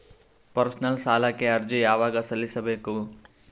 Personal ಸಾಲಕ್ಕೆ ಅರ್ಜಿ ಯವಾಗ ಸಲ್ಲಿಸಬೇಕು?